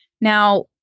Now